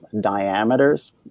diameters